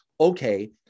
Okay